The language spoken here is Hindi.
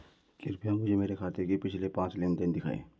कृपया मुझे मेरे खाते से पिछले पांच लेनदेन दिखाएं